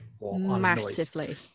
Massively